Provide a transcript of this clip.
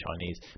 Chinese